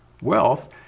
wealth